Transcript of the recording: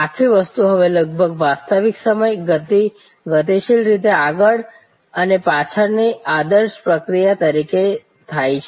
આખી વસ્તુ હવે લગભગ વાસ્તવિક સમય અને ગતિશીલ રીતે આગળ અને પાછળની આદર્શ પ્રક્રિયા તરીકે થાય છે